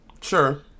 Sure